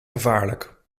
gevaarlijk